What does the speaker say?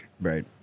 Right